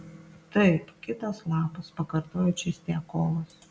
taip kitas lapas pakartojo čistiakovas